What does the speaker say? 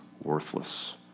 worthless